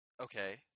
Okay